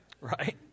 Right